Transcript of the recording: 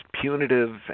punitive